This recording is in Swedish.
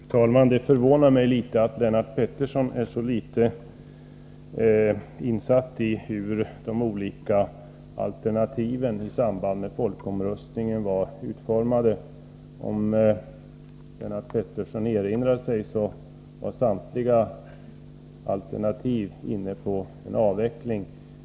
Fru talman! Det förvånar mig att Lennart Pettersson är så litet insatt i hur de olika alternativen i samband med folkomröstningen var utformade. Jag vill erinra om att samtliga alternativ innefattade en avveckling.